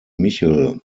michel